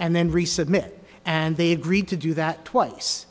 and then resubmit and they agreed to do that twice